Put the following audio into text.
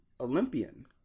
Olympian